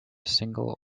single